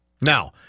Now